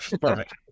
Perfect